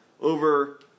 over